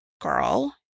girl